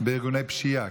בארגוני פשיעה.